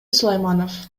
сулайманов